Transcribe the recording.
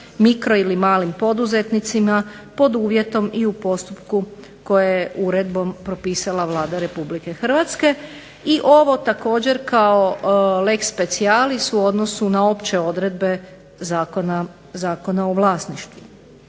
mikro ili malim poduzetnicima pod uvjetom i u postupku koje je uredbom propisala vlada Republike Hrvatske i ovo također kao leg specialis u odnosu na opće odredbe Zakona o vlasništvu.